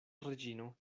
reĝino